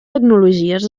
tecnologies